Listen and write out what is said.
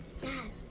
Dad